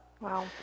Wow